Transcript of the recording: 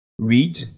Read